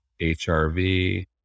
HRV